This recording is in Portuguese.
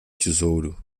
tesouro